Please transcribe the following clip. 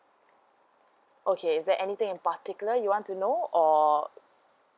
okay is there anything in particular you want to know or